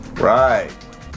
Right